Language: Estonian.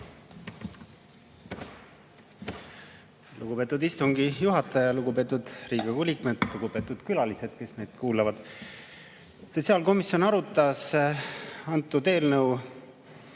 Lugupeetud istungi juhataja! Lugupeetud Riigikogu liikmed! Lugupeetud külalised, kes meid kuulavad! Sotsiaalkomisjon arutas eelnõu